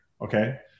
Okay